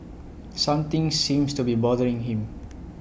something seems to be bothering him